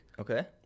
Okay